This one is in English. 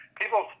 people